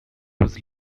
was